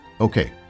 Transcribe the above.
Okay